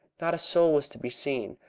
not a soul was to be seen,